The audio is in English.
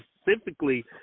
specifically